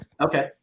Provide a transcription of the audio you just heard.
Okay